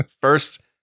First